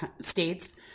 states